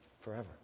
forever